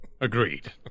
Agreed